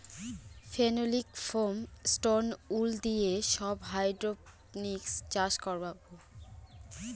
phenolic foam, stone wool দিয়ে সব hydroponics চাষ করাবো